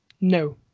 no